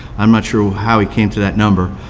i'm not sure how he came to that number.